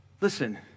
Listen